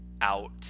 out